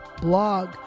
blog